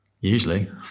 Usually